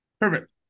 Perfect